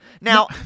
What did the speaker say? Now